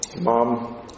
Mom